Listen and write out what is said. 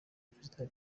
perezida